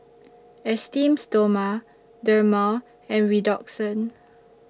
Esteem Stoma Dermale and Redoxon